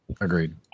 agreed